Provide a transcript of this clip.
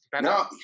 No